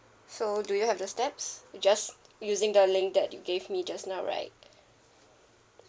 so do you have the steps just using the link that you gave me just now right